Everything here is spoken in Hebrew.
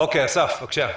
אסף, בבקשה.